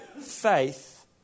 faith